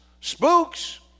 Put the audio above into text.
spooks